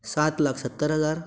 सात लाख सत्तर हज़ार